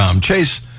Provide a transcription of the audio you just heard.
chase